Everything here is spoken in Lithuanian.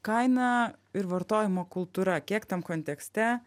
kaina ir vartojimo kultūra kiek tam kontekste